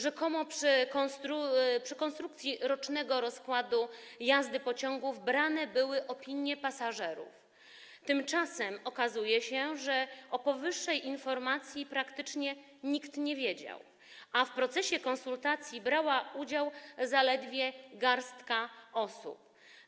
Rzekomo przy konstrukcji rocznego rozkładu jazdy pociągów brane były pod uwagę opinie pasażerów, tymczasem okazuje się, że o powyższej sprawie praktycznie nikt nie wiedział, a w procesie konsultacji brała udział zaledwie garstka osób.